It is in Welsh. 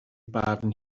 barn